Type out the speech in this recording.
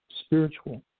spiritual